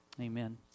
Amen